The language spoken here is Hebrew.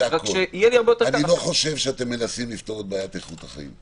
אני לא חושב שאתם מנסים לפתור את בעיית איכות החיים.